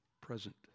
Present